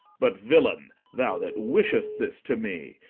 but, villain, thou that wishest this to me,